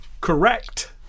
correct